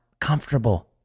comfortable